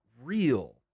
real